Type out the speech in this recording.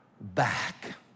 back